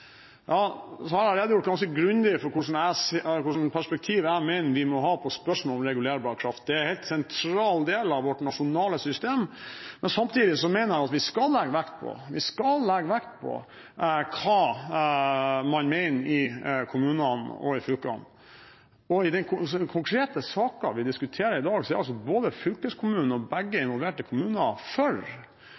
Jeg har redegjort ganske grundig for hvilket perspektiv jeg mener vi må ha på spørsmål om regulerbar kraft. Det er en helt sentral del av vårt nasjonale system. Men samtidig mener jeg at vi skal legge vekt på hva man mener i kommunene og i fylkene. I den konkrete saken vi diskuterer i dag, er både fylkeskommunen og begge involverte kommuner for.